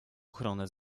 ochronę